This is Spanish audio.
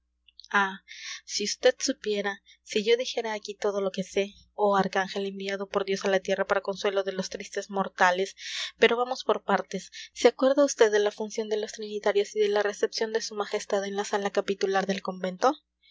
si vd supiera si yo dijera aquí todo lo que sé oh arcángel enviado por dios a la tierra para consuelo de los tristes mortales pero vamos por partes se acuerda vd de la función de los trinitarios y de la recepción de su majestad en la sala capitular del convento